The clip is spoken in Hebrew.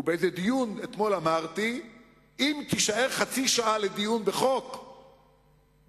באיזה דיון אתמול אמרתי שאם תישאר חצי שעה לדיון בחוק בחוק,